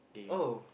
oh